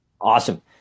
Awesome